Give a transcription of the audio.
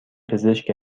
پزشک